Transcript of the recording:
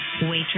Waitress